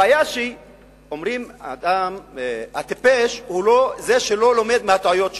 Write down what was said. הבעיה היא שאומרים: האדם הטיפש הוא זה שלא לומד מהטעויות שלו.